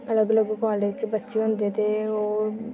अलग अलग कालज च बच्चे होंदे जे ओह्